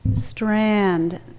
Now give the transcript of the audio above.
strand